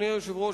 אדוני היושב-ראש,